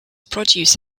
produce